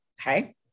Okay